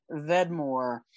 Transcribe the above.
Vedmore